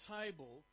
table